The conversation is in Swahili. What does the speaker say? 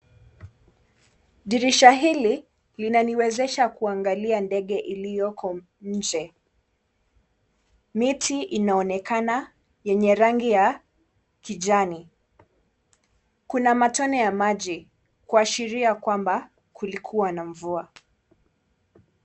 Dirisha hili linaniwezesha kuangalia ndege iliyoko nje. Miti inaonekana yenye rangi ya kijani. Kuna matone ya maji kuashiria ya kwamba kulikuwa na mvua.